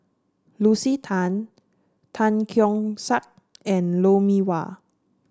Lucy Tan Tan Keong Saik and Lou Mee Wah